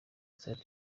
sat